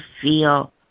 feel